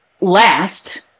last